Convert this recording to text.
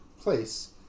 place